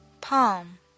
palm